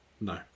No